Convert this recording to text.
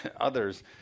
others